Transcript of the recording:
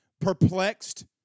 Perplexed